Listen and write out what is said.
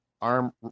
arm